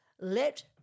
let